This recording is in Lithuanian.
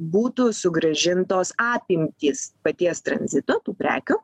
būtų sugrąžintos apimtys paties tranzito tų prekių